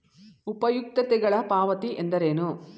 ಉಪಯುಕ್ತತೆಗಳ ಪಾವತಿ ಎಂದರೇನು?